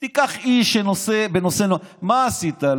מה עשית?